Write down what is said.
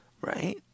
right